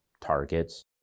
targets